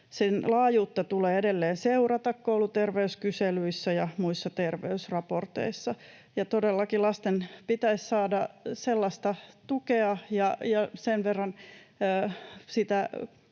Sen laajuutta tulee edelleen seurata kouluterveyskyselyissä ja muissa terveysraporteissa, ja todellakin lasten pitäisi saada sellaista tukea ja sen verran